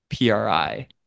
PRI